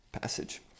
passage